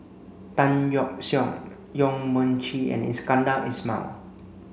Tan Yeok Seong Yong Mun Chee and Iskandar Ismail